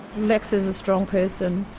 lex is a strong person,